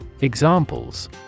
Examples